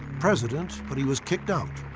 president, but he was kicked out.